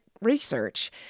research